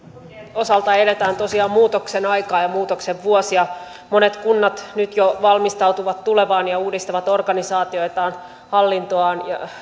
osalta edetään tosiaan muutoksen aikaa ja muutoksen vuosia monet kunnat nyt jo valmistautuvat tulevaan ja uudistavat organisaatioitaan hallintoaan ja